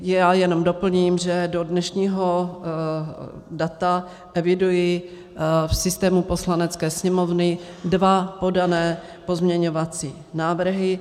Já jenom doplním, že do dnešního data eviduji v systému Poslanecké sněmovny dva podané pozměňovací návrhy.